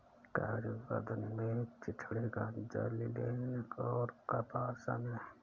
कागज उत्पादन में चिथड़े गांजा लिनेन और कपास शामिल है